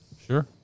Sure